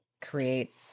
create